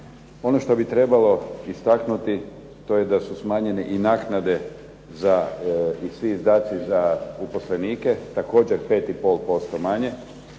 Ono što bi trebalo istaknuti to je da su smanjene i naknade za i svi izdaci za uposlenike, također 5,5% manje,